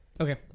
Okay